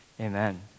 amen